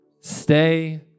Stay